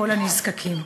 כל הנזקקים?